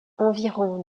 environ